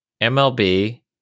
MLB